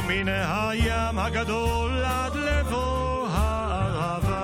ומן הים הגדול עד לבוא הערבה,